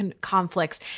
conflicts